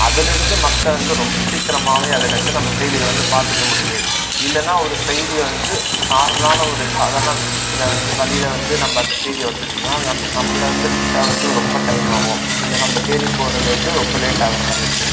அதிலிருந்து மக்கள் வந்து ரொம்ப சீக்கிரமாகவே அதில் இருந்து நம்ம செய்திகள் வந்து பார்த்துக்க முடியுது இல்லைன்னா ஒரு செய்தியை வந்து நார்மலான ஒரு சாதாரண விஷயத்தில் வந்து வழில வந்து நம்ம அந்த செய்தி வந்துச்சுனால் அது நம் நம்மளை வந்து ரீச் ஆகிறத்துக்கு ரொம்ப டைம் ஆகும் இதை நம்ம தேடி போகிறது வந்து ரொம்ப லேட் ஆகிற மாதிரி இருக்கும்